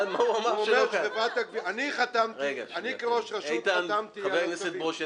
אני כראש רשות חתמתי על הצווים.